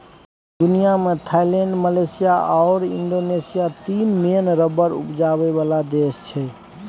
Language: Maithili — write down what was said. दुनियाँ मे थाइलैंड, मलेशिया आओर इंडोनेशिया तीन मेन रबर उपजाबै बला देश छै